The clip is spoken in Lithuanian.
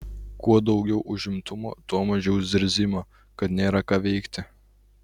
kuo daugiau užimtumo tuo mažiau zirzimo kad nėra ką veikti